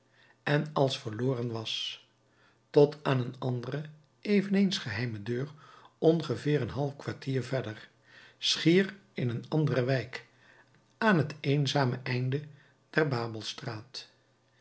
en als verloren was tot aan een andere eveneens geheime deur ongeveer een half kwartier verder schier in een andere wijk aan het eenzame einde der